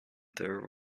there